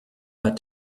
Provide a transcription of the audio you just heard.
that